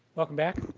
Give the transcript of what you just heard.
welcome back.